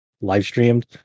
live-streamed